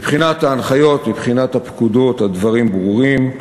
מבחינת ההנחיות, מבחינת הפקודות, הדברים ברורים.